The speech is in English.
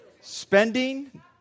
Spending